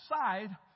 side